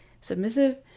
submissive